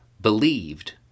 believed